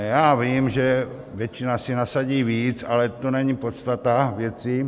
Já vím, že většina si nasadí víc, ale to není podstata věci.